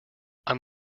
i’m